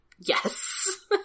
Yes